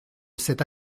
cette